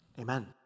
amen